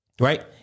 right